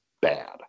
bad